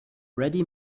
ready